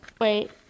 Wait